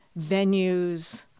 venues